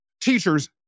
Teachers